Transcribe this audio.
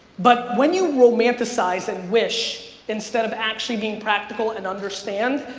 but when you romanticize and wish instead of actually being practical and understand,